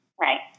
Right